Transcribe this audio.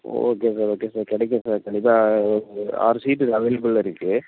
okay sir okay sir கிடைக்கும் sir கண்டிப்பாக உங்களுக்கு ஆறு சீட்டு அவைலப்பிளில் இருக்கு